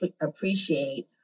appreciate